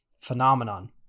phenomenon